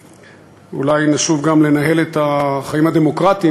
ואולי נשוב גם לנהל את החיים הדמוקרטיים